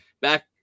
back